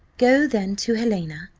go then to helena,